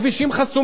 אני שואל אותך,